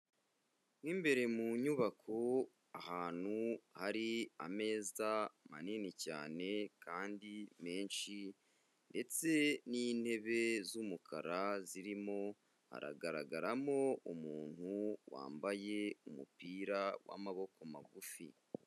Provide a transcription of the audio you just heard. Mu imbere mu nyubako ahantu hari ameza manini cyane kandi menshi ndetse n'intebe z'umukara zirimo, haragaragaramo umuntu wambaye umupira w'amaboko magufi.